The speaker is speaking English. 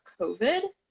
COVID